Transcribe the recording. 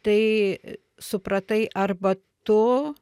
tai supratai arba tu